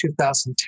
2010